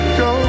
go